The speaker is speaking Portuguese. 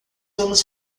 vamos